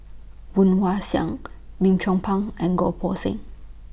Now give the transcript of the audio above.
Woon Wah Siang Lim Chong Pang and Goh Poh Seng